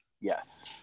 Yes